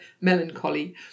Melancholy